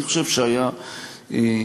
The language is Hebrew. אני חושב שהיה נכון